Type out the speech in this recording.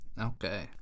Okay